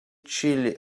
chilly